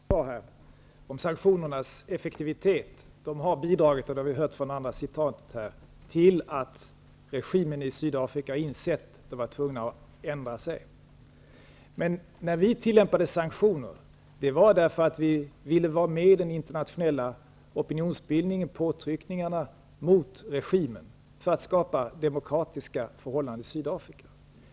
Herr talman! Jag tänkte bara säga några ord om sanktionernas effektivitet. De har bidragit, det har vi hört från många i dag, till att regimen i Sydafrika insett att den måste ändra sig. När vi ville tillämpa sanktioner var det därför att vi ville vara med i den internationella opinionsbildningen, påtryckningarna, mot regimen för att skapa demokratiska förhållanden i Sydafrika.